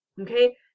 Okay